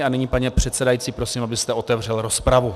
A nyní, pane předsedající, prosím, abyste otevřel rozpravu.